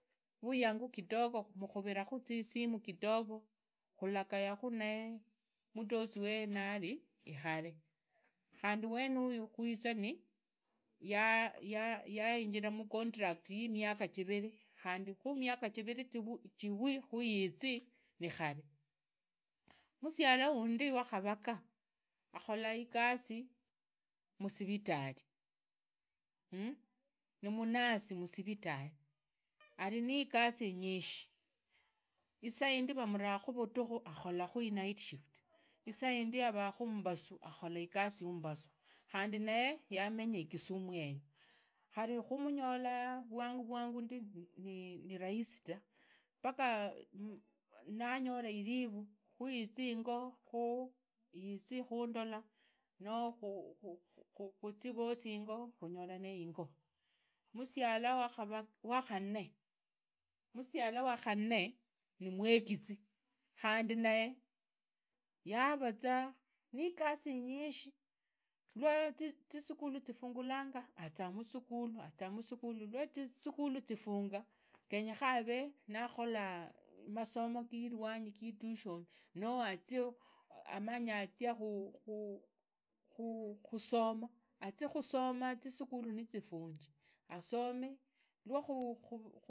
Vwiyangu khitogo mukhuriakhu isimu kitoko khuyaganatihu naye mutosi wewe nari hare khandi wenuya khuiza yainjira mucontract ya miaka jiriri khandi khu miaka jiriri jiwii khuyizi nikhare. Musiala wandi wakharaga, akhola igusi musintali nimunasi musiritali hari ni igasi ingishi isaindi vamurakhu vutukhu akhorakhu inight shift isaindi avukhu mbusu akholakhu igasi ya mbusu khandi naye yamenya ikisumu yeyo khari khumunyola vavngu vawangu ndi nirahisi ta paka nanyola irifu khuyize inyo khuyizi khundola noo khuzii vosi yingo khulolanire ingo. Musiala wakhanne, musiala wakhanne nimwegizi khandi nayo yavazaa nigasi inyisi lwazisuhhulu zifungulanga aza musukhulu aza musukhulu lwa zisukhulu zifunga havee natiholaa masomo qilwanyi qituhoni no anzie amala azikhu khusoma aziakhusoma nizijifunji hasome lwatihu khu.